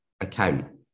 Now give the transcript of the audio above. account